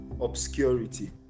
obscurity